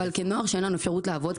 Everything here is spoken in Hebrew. אבל כנוער אין לנו אפשרות לעבוד,